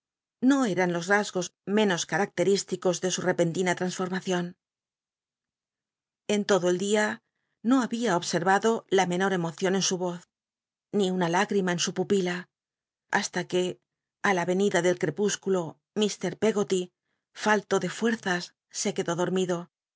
no cran los msgos menos característicos de sn repentina transformacion en lodo el día no habia observado la menor cmocion en su voz ni una lágrima en su pupila hasta que á la venida del crepúsculo mr peggoty falto de fucrzas se quedó dormido